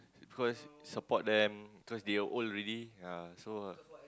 because support them cause they are old already ya so